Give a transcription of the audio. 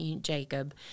Jacob